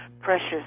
precious